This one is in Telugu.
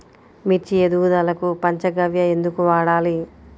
మిర్చి ఎదుగుదలకు పంచ గవ్య ఎందుకు వాడాలి?